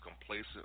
complacent